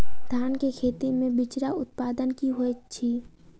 धान केँ खेती मे बिचरा उत्पादन की होइत छी?